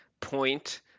point